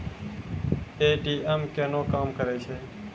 ATM केना काम करै छै?